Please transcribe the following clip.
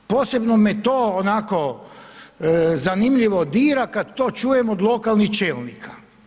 Posebno me to onako zanimljivo dira kad čujem od lokalnih čelnika.